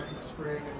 spring